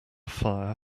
fire